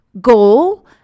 goal